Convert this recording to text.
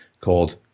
called